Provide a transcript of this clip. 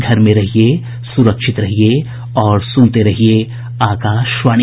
घर में रहिये सुरक्षित रहिये और सुनते रहिये आकाशवाणी